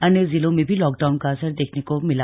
अन्य जिलों में भी लॉकडाउन का असर देखने को मिला